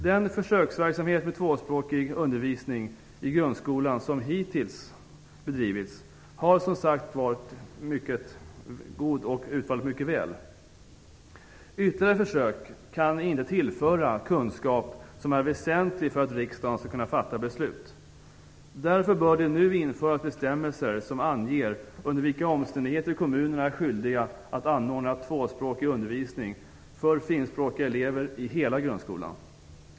Den försöksverksamhet med tvåspråkig undervisning i grundskolan som hittills bedrivits har som sagt utfallit mycket väl. Ytterligare försök kan inte tillföra kunskap som är väsentlig för att riksdagen skall kunna fatta beslut. Därför bör det nu införas bestämmelser som anger under vilka omständigheter kommunerna är skyldiga att anordna tvåspråkig undervisning för finskspråkiga elever i hela grundskolan.